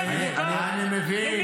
צריך ללמוד ממך --- אני לא הבנתי,